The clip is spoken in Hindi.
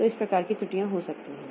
तो इस प्रकार की त्रुटियां हो सकती हैं